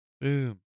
boom